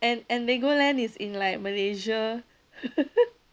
and and legoland is in like malaysia